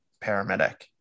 paramedic